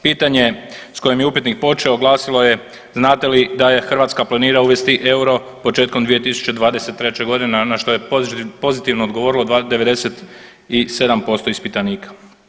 Pitanje s kojim je upitnik počeo glasilo je znate li da Hrvatska planira uvesti euro početkom 2023.g., a na što je pozitivno odgovorilo 97% ispitanika.